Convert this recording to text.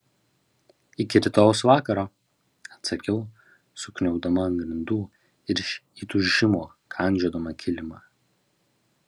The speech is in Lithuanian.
iki rytojaus vakaro atsakiau sukniubdama ant grindų ir iš įtūžimo kandžiodama kilimą